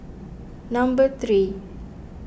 number three